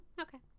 Okay